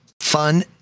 fun